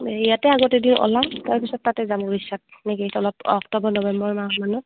ইয়াতে আগতে এদিন ওলাওঁ তাৰপিছত তাতে যাম ওড়িশাত নেকি অলপ অক্টোবৰ নৱেম্বৰ মাহমানত